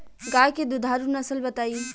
गाय के दुधारू नसल बताई?